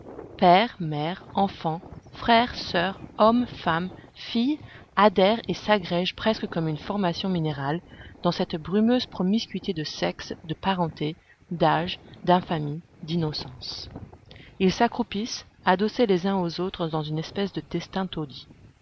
pères mères enfants frères soeurs hommes femmes filles adhèrent et s'agrègent presque comme une formation minérale dans cette brumeuse promiscuité de sexes de parentés d'âges d'infamies d'innocences ils s'accroupissent adossés les uns aux autres dans une espèce de destin taudis